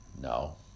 No